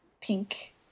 pink